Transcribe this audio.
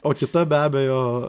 o kita be abejo